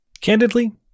Candidly